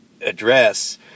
address